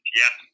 yes